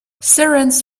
sirens